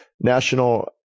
National